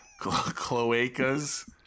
cloacas